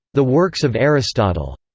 the works of aristotle.